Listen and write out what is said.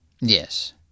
Yes